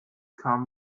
kam